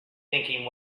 thinking